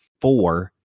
four